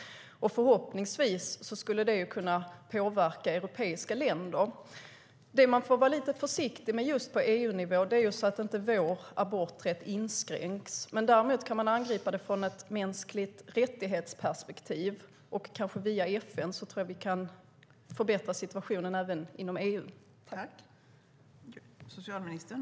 Förhoppningsvis skulle det kunna påverka europeiska länder. Vi måste vara lite försiktiga på EU-nivå så att vår aborträtt inte inskränks. Däremot kan vi angripa det från ett människorättsperspektiv, och via FN kanske vi kan förbättra situationen även inom EU.